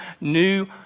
new